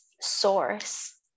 Source